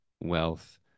wealth